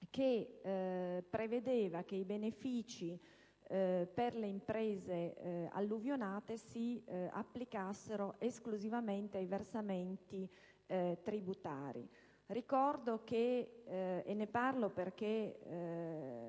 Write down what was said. che prevedeva che i benefici per le imprese alluvionate si applicassero esclusivamente ai versamenti tributari. Ne parlo perché